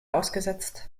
ausgesetzt